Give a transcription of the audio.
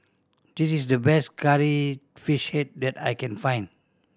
this is the best Curry Fish Head that I can find